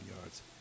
yards